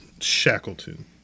Shackleton